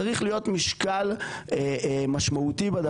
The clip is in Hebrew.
צריך להיות משקל משמעותי בדבר הזה.